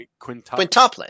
quintuplet